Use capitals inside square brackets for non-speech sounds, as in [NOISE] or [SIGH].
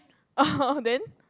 [LAUGHS] then